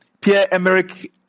Pierre-Emerick